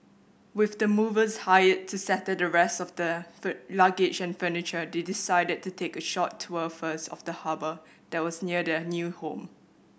with the movers hired to settle the rest of their luggage and furniture they decided to take a short tour first of the harbour that was near their new home